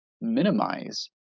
minimize